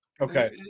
okay